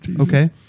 Okay